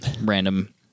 random